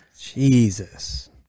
Jesus